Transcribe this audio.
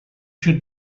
should